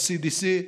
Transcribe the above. ב-CDC,